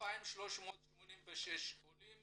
2,386 עולים